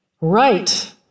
Right